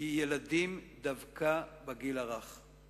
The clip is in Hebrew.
היא ילדים בגיל הרך דווקא,